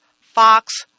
Fox